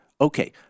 Okay